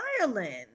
Ireland